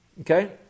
Okay